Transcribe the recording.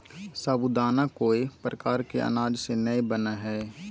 साबूदाना कोय प्रकार के अनाज से नय बनय हइ